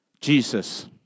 Jesus